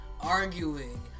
arguing